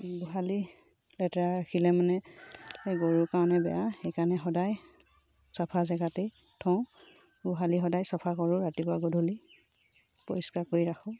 গোহালি লেতেৰা ৰাখিলে মানে গৰুৰ কাৰণে বেয়া সেইকাৰণে সদায় চফা জেগাতেই থওঁ গোহালি সদায় চফা কৰোঁ ৰাতিপুৱা গধূলি পৰিষ্কাৰ কৰি ৰাখোঁ